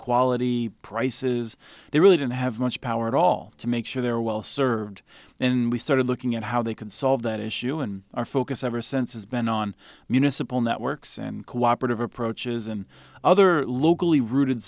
quality prices they really didn't have much power at all to make sure they're well served and we started looking at how they can solve that issue in our focus ever since has been on municipal networks and cooperative approaches and other locally rooted